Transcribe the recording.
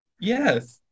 Yes